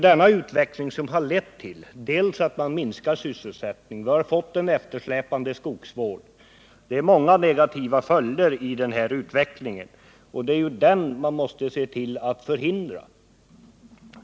Denna utveckling har lett till att sysselsättningen minskar, att vi har fått en eftersläpande skogsvård osv. Det är många negativa följder av den utvecklingen, och den måste man därför se till att förhindra.